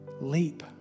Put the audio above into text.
leap